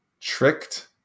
Tricked